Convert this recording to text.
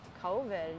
covid